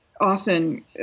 often